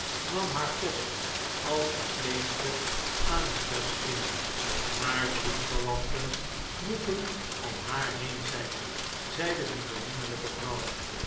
nam haar post als verpleegster aan het bed in haar bloedverwanten moeten om haar heen zijn zeide die beminnelijke vrouw